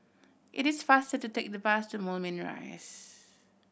it is faster to take the bus to Moulmein Rise